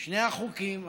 שני החוקים.